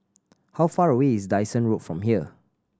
how far away is Dyson Road from here